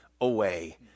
away